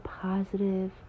positive